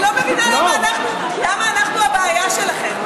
אני לא מבינה למה אנחנו הבעיה שלכם.